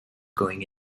going